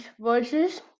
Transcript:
voices